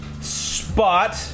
spot